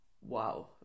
wow